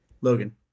Logan